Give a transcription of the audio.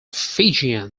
fijian